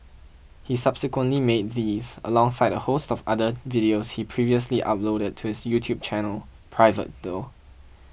he subsequently made these alongside a host of other videos he previously uploaded to his YouTube channel private though